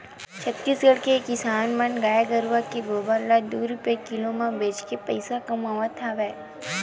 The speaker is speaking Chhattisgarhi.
छत्तीसगढ़ के किसान मन गाय गरूवय के गोबर ल दू रूपिया किलो म बेचके बने पइसा कमावत हवय